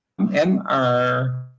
MR